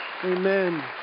Amen